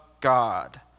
God